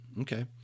okay